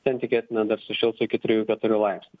ten tikėtina dar sušils iki trijų keturių laipsnių